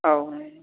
औ